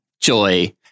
Joy